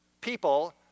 people